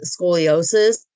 scoliosis